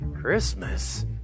Christmas